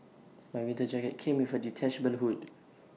my winter jacket came with A detachable hood